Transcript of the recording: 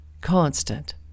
constant